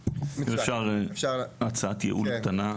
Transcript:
אם אפשר הצעת ייעול קטנה.